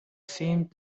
seemed